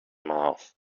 mouth